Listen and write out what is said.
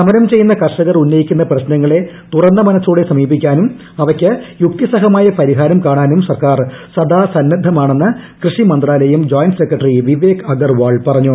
സമരം ചെയ്യുന്ന കർഷകർ ഉന്നയിക്കുന്ന പ്രശ്നങ്ങളെ തുറന്ന മനസ്റ്റോടെ സമീപിക്കാനും അവയ്ക്ക് യുക്തിസഹമായ പരിഹാരം കാണാനും സർക്കാർ സദാ സന്നദ്ധമാണെന്ന് കൃഷി മന്ത്രാലയം ജോയിന്റ് സെക്രട്ടറി വിവേക് അഗർവാൾ പറഞ്ഞു